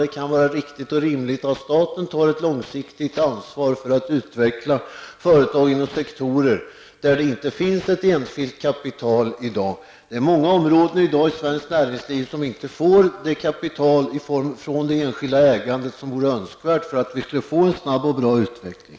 Det kan vara riktigt och rimligt att staten tar ett långsiktigt ansvar för att utveckla företag inom sektorer där det inte finns enskilt kapital i dag. Det är många områden i svenskt näringsliv som inte får det kapital från enskilt ägande som vore önskvärt för att vi skulle få en snabb och bra utveckling.